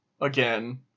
again